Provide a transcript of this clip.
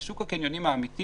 בשוק הקניונים האמיתי